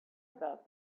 about